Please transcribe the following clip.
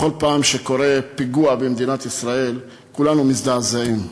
בכל פעם שקורה פיגוע במדינת ישראל כולנו מזדעזעים,